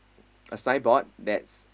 a signboard that's